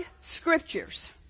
scriptures